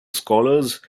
scholars